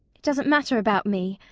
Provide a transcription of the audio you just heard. it doesn't matter about me.